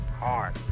Hard